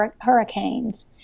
hurricanes